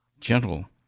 gentle